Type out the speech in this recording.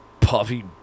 puffy